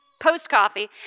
post-coffee